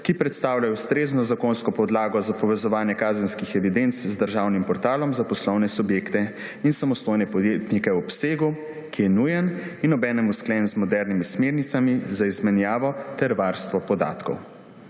ki predstavljajo ustrezno zakonsko podlago za povezovanje kazenskih evidenc z državnim portalom za poslovne subjekte in samostojne podjetnike v obsegu, ki je nujen in obenem usklajen z modernimi smernicami za izmenjavo ter varstvo podatkov.